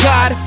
God